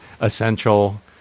essential